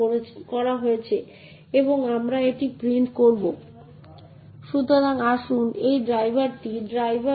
তাই কিছু access control নীতি একটি সাধারণ অপারেটিং সিস্টেম দ্বারা সমর্থিত